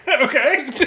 Okay